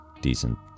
decent